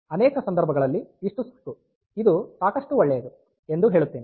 ಅನೇಕ ಸಂದರ್ಭಗಳಲ್ಲಿ ಇಷ್ಟು ಸಾಕು ಇದು ಸಾಕಷ್ಟು ಒಳ್ಳೆಯದು ಎಂದು ಹೇಳುತ್ತೇನೆ